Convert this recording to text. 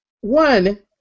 one